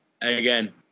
again